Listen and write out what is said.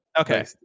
okay